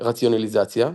רציונליזציה,